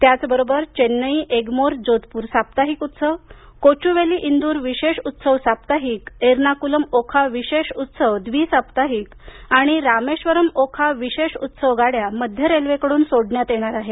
त्याचबरोबर चेन्नई एग्मोर जोधपूर साप्ताहिक उत्सव कोचुवेली इंदूर विशेष उत्सव साप्ताहिक एर्नाकुलम ओखा विशेष उत्सव द्वि साप्ताहिक आणि रामेश्वरम ओखा विशेष उत्सव गाड्या मध्य रेल्वेकडून सोडण्यात येणार आहेत